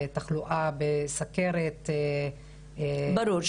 תחלואה בסכרת --- ברור.